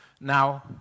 now